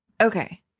Okay